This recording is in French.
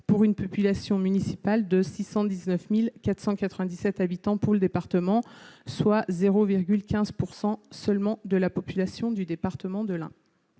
pour une population municipale de 619497 habitants pour le département, soit 0,15 pourcent seulement de la population du département de l'Ain.